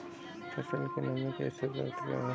फसल में नमी कैसे पता करते हैं?